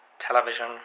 television